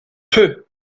peuh